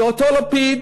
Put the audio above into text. זה אותו לפיד